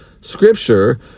scripture